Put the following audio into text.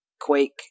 Quake